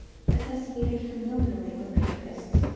associated familiarly with papists,